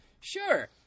Sure